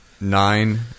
Nine